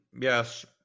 yes